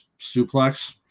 suplex